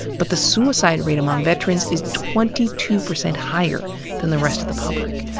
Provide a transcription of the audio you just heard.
but the suicide rate among veterans is twenty two percent higher than the rest of the public.